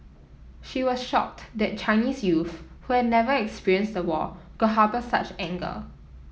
she was shocked that Chinese youth who had never experienced the war could harbour such anger